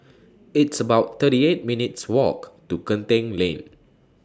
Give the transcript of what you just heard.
It's about thirty eight minutes' Walk to Genting Lane